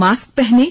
mask पहनें